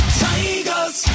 tigers